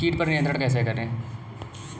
कीट पर नियंत्रण कैसे करें?